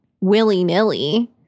willy-nilly